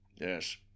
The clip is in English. Yes